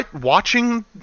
watching